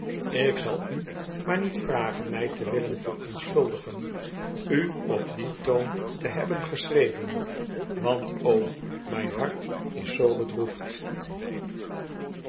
ik zal u maar niet vragen mij te willen verontschuldigen u op dien toon te hebben geschreven want o mijn hart is zoo bedroefd